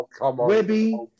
Webby